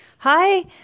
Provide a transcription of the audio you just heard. Hi